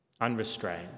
unrestrained